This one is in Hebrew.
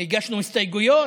הגשנו הסתייגויות,